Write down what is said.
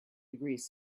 degrees